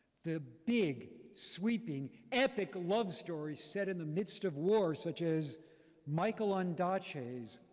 the big, sweeping, epic love stories set in the midst of war, such as michael ondaatje's,